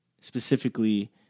specifically